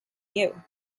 you